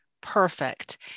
Perfect